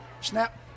snap